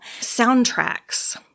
Soundtracks